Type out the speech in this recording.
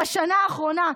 בשנה האחרונה,